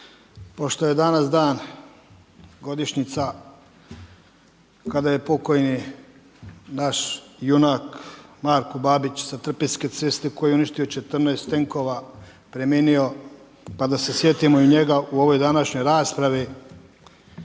Pošto je danas dan godišnjica kada je pokojni naš junak Marko Babić sa Trpinjske ceste koji je uništio 14 tenkova, .../Govornik se ne razumije./..., pa da se sjetimo i njega u ovoj današnjoj raspravi.